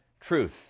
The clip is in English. truth